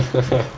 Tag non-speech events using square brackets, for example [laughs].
[laughs]